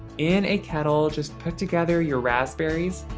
in a kettle, just put together your raspberries,